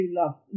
love